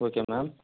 okay ma'am